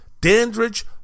Dandridge